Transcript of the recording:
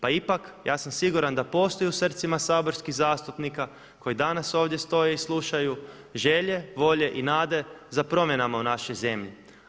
Pa ipak ja sam siguran da postoji u srcima saborskih zastupnika koji danas ovdje stoje i slušaju želje, volje i nade za promjenama u našoj zemlji.